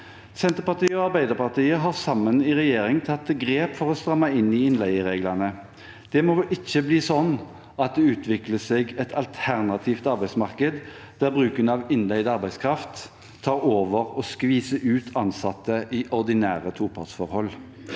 Senterpartiet og Arbeiderpartiet har sammen i regjering tatt grep for å stramme inn i innleiereglene. Det må ikke bli sånn at det utvikler seg et alternativt arbeidsmarked der bruken av innleid arbeidskraft tar over og skviser ut ansatte i ordinære topartsforhold.